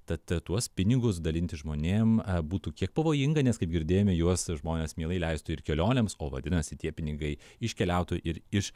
tad tuos pinigus dalinti žmonėm būtų kiek pavojinga nes kaip girdėjome juos žmonės mielai leistų ir kelionėms o vadinasi tie pinigai iškeliautų ir iš